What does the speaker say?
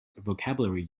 vocabulary